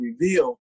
reveal